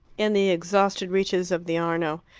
in the exhausted reaches of the arno,